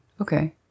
okay